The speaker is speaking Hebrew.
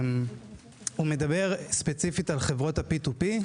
הוא מדבר, ספציפית, על חברות ה-P2P.